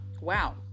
wow